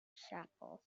chapel